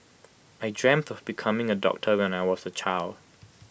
I dreamt of becoming A doctor when I was A child